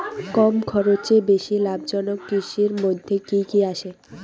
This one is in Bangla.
কম খরচে বেশি লাভজনক কৃষির মইধ্যে কি কি আসে?